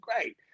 great